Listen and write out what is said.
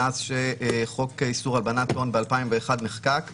מאז שחוק איסור הלבנת הון נחקק ב-2001,